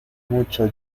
mucho